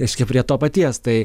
reiškia prie to paties tai